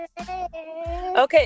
okay